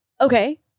Okay